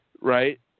right